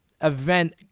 event